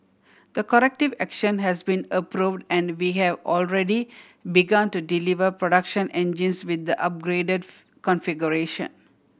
the corrective action has been approved and we have already begun to deliver production engines with the upgraded configuration